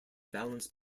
balance